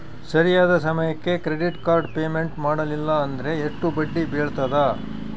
ಸರಿಯಾದ ಸಮಯಕ್ಕೆ credit card payment ಮಾಡಲಿಲ್ಲ ಅಂದ್ರೆ ಎಷ್ಟು ಬಡ್ಡಿ ಬೇಳ್ತದ?